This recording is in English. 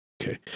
okay